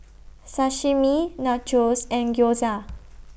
Sashimi Nachos and Gyoza